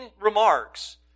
remarks